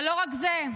אבל לא רק זה,